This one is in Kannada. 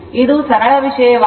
ಇದು ಸರಳ ವಿಷಯವಾಗಿದೆ